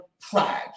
pride